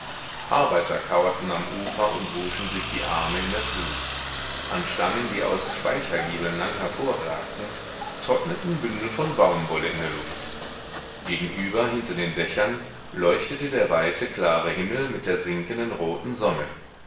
kauerten am ufer und wuschen sich die arme in der flut an stangen die aus speichergiebeln lang hervorragten trockneten bündel von baumwolle in der luft gegenüber hinter den dächern leuchtete der weite klare himmel mit der sinkenden roten sonne